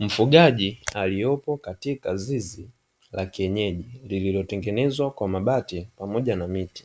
Mfugaji aliyopo katika zizi la kienyeji, liliotengenezwa kwa mabati pamoja na miti,